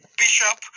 bishop